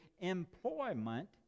employment